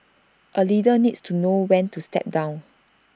A leader needs to know when to step down